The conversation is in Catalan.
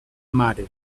mare